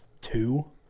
two